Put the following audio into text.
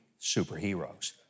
superheroes